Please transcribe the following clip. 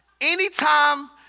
anytime